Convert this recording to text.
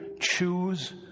choose